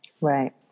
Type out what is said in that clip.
right